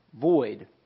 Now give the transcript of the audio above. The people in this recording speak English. void